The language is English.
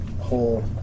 whole